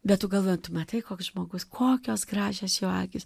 bet tu galvoji tu matai koks žmogus kokios gražios jo akys